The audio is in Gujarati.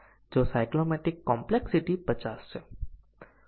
જો સ્ટેટમેન્ટ નો અમલ અન્ય નોડ પર કંટ્રોલ સ્થાનાંતરિત કરી શકે છે